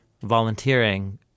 volunteering